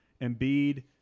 Embiid